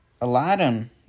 Aladdin